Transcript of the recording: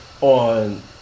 on